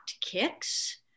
kicks